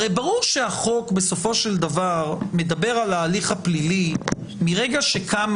הרי ברור שהחוק בסופו של דבר מדבר על ההליך הפלילי מרגע שקמה